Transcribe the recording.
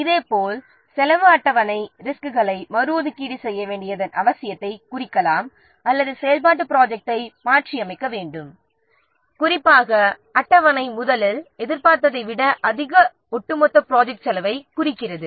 இதேபோல் செலவு அட்டவணை ரிஸ்க்களை மறு ஒதுக்கீடு செய்ய வேண்டியதன் அவசியத்தைக் குறிக்கலாம் அல்லது செயல்பாட்டு ப்ராஜெக்ட்டை மாற்றியமைக்க வேண்டும் குறிப்பாக அட்டவணை முதலில் எதிர்பார்த்ததை விட அதிக ஒட்டுமொத்த ப்ராஜெக்ட் செலவைக் குறிக்கிறது